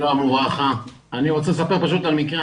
אני רוצה לספר פשוט על מקרה,